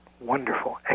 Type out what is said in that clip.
wonderful